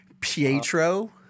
Pietro